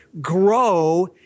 grow